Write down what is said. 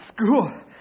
School